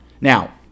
Now